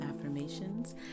affirmations